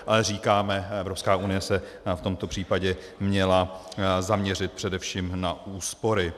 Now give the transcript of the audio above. Ale říkáme, Evropská unie se v tomto případě měla zaměřit především na úspory.